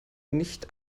nicht